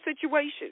situation